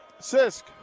Sisk